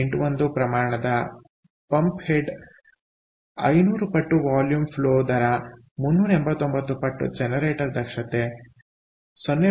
81 ಪ್ರಮಾಣದ pump head 500 ಪಟ್ಟು volume flow ದರ 389 ಪಟ್ಟು ಜನರೇಟರ್ ದಕ್ಷತೆ 0